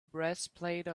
breastplate